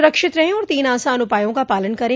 सुरक्षित रहें और तीन आसान उपायों का पालन करें